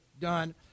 done